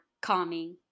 calming